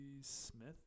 smith